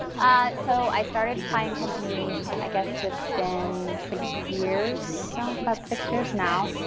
so i started pye and company i guess it's been six years so about six years now.